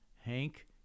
Hank